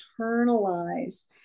internalize